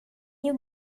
you